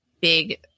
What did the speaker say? big